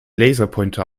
laserpointer